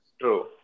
true